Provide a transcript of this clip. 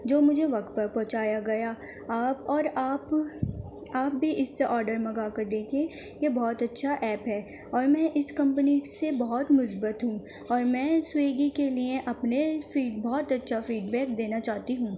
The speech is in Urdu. جو مجھے وقت پر پہنچایا گیا آپ اور آپ آپ بھی اِس سے آرڈر منگا کر دیکھیں یہ بہت اچھا ایپ ہے اور میں اِس کمپنی سے بہت مثبت ہوں اور میں سویگی کے لیے اپنے فیڈ بہت اچھا فیڈ بیک دینا چاہتی ہوں